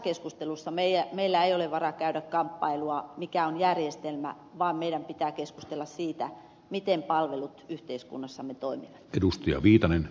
tässä keskustelussa meillä ei ole varaa käydä kamppailua siitä mikä on järjestelmä vaan meidän pitää keskustella siitä miten palvelut yhteiskunnassamme toimivat